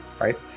right